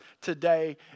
today